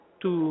tu